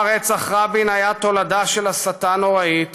רצח רבין היה תולדה של הסתה נוראית,